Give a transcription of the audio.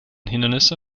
hindernisse